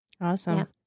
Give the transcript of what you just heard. Awesome